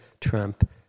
Trump